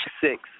six